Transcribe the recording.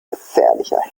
gefährlicher